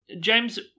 James